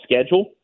schedule